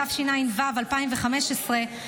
התשע"ו 2015,